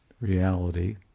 reality